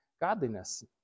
godliness